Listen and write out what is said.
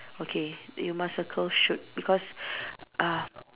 okay you must circle shoot because uh